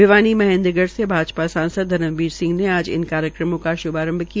भिवानी महेन्द्रगढ़ से भाजपा सांसद धर्मवीर सिंह ने आज इन कार्यक्रमों का शुभारंभ किया